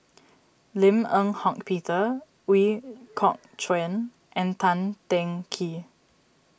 Lim Eng Hock Peter Ooi Kok Chuen and Tan Teng Kee